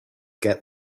get